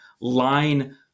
line